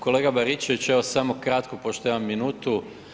Kolega Baričević evo samo kratko pošto imam minutu.